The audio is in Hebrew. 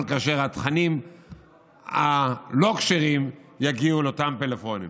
כאשר התכנים הלא-כשרים יגיעו לאותם פלאפונים?